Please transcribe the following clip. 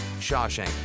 Shawshank